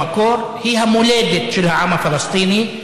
במקור היא המולדת של העם הפלסטיני,